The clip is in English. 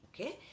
Okay